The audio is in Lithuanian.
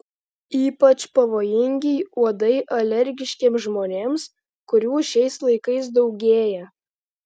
ypač pavojingi uodai alergiškiems žmonėms kurių šiais laikais daugėja